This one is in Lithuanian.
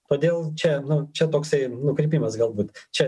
todėl čia nu čia toksai nukrypimas galbūt čia